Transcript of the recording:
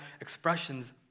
expressions